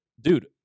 Dude